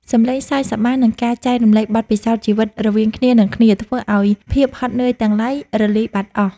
សំឡេងសើចសប្បាយ និងការចែករំលែកបទពិសោធន៍ជីវិតរវាងគ្នានិងគ្នា ធ្វើឱ្យភាពហត់នឿយទាំងឡាយរលាយបាត់អស់។